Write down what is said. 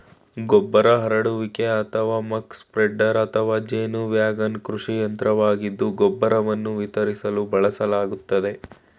ಗೊಬ್ಬರ ಹರಡುವಿಕೆ ಅಥವಾ ಮಕ್ ಸ್ಪ್ರೆಡರ್ ಅಥವಾ ಜೇನು ವ್ಯಾಗನ್ ಕೃಷಿ ಯಂತ್ರವಾಗಿದ್ದು ಗೊಬ್ಬರವನ್ನು ವಿತರಿಸಲು ಬಳಸಲಾಗ್ತದೆ